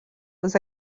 was